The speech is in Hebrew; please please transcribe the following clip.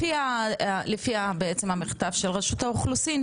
לפי בעצם המכתב של רשות האוכלוסין,